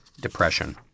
depression